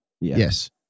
Yes